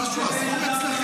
אתה טועה --- משהו אסור אצלכם?